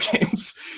games